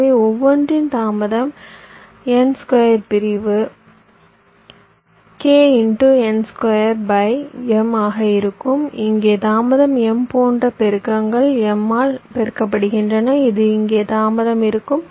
எனவே ஒவ்வொன்றின் தாமதம் n 2 பிரிவு K ×n2 ஆக இருக்கும் இங்கே தாமதம் m போன்ற பெருக்கங்கள் m ஆல் பெருக்கப்படுகின்றன இது இங்கே தாமதமாக இருக்கும்